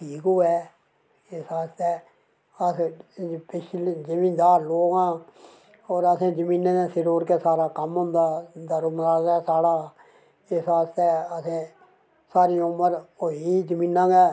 ठीक होऐ इस आस्तै अस पिच्छले जमींदार लोक आं होर असें जमीनै दे सिर पर गै सारा कम्म होंदा दारमोदार साढ़ा इस आस्तै सारी उमर होई ज़मीनै आस्तै